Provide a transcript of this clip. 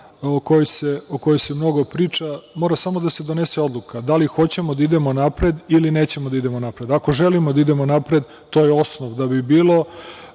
o kojoj se mnogo priča. Mora samo da se donese odluka – da li hoćemo da idemo napred ili nećemo da idemo napred. Ako želimo da idemo napred, to je osnov da bi bilo